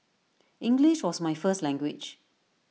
English was my first language